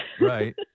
right